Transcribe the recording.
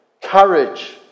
courage